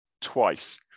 twice